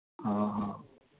ਹਾਂ ਹਾਂ